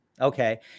Okay